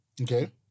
okay